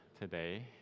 today